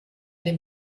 dem